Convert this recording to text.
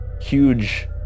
Huge